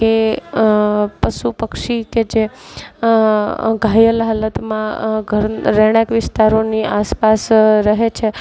કે પશુ પક્ષી કે જે ઘાયલ હાલતમાં ઘર રહેણાંક વિસ્તારોની આસપાસ રહે છે